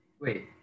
wait